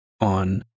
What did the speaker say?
on